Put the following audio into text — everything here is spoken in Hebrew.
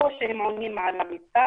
או שהם עונים על המיצב.